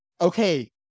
okay